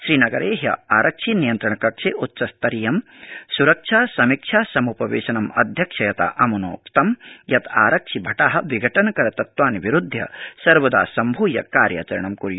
श्रीनगरे ह्य आरक्षि नियन्त्रण कक्षे उच्चस्तरीयं सुरक्षा समीक्षा सम्पवेशनम् अध्यक्षयता अमुनोक्तं यत् आरक्षि भटा विघटनकर तत्वानि विरूध्य सर्वदा सम्भय कार्याचरणं कुर्य